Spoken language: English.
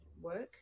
work